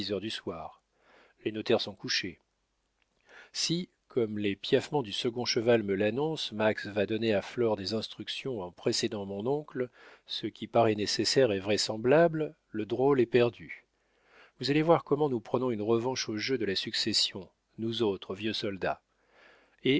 heures du soir les notaires sont couchés si comme les piaffements du second cheval me l'annoncent max va donner à flore des instructions en précédant mon oncle ce qui paraît nécessaire et vraisemblable le drôle est perdu vous allez voir comment nous prenons une revanche au jeu de la succession nous autres vieux soldats et